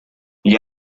gli